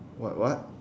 what what